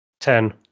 Ten